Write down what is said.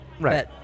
Right